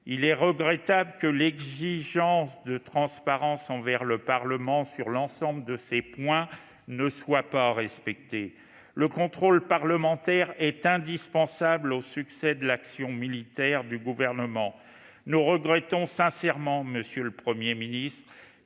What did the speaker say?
Il est regrettable que l'exigence de transparence envers le Parlement sur l'ensemble de ces points ne soit pas respectée. Le contrôle parlementaire est indispensable au succès de l'action militaire du Gouvernement. Nous regrettons sincèrement que votre gouvernement